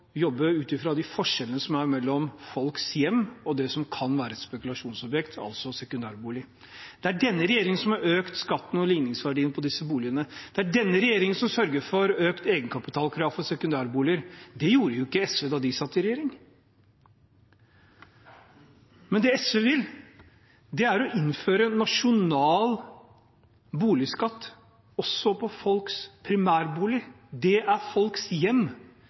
ut fra de forskjellene som er mellom folks hjem, og det som kan være et spekulasjonsobjekt, altså sekundærbolig. Det er denne regjeringen som har økt skatten og ligningsverdien på disse boligene. Det er denne regjeringen som har sørget for økt egenkapitalkrav for sekundærboliger. Det gjorde ikke SV da de satt i regjering. Det SV vil, er å innføre en nasjonal boligskatt også på folks primærbolig. Det er folks hjem,